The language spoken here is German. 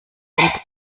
kennt